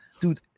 dude